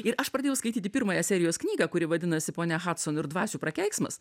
ir aš pradėjau skaityti pirmąją serijos knygą kuri vadinasi ponia hadson ir dvasių prakeiksmas